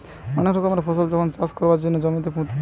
অনেক রকমের ফসল যখন চাষ কোরবার জন্যে জমিতে পুঁতে